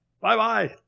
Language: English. Bye-bye